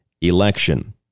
election